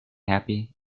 happy